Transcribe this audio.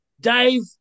Dave